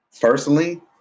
personally